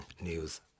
news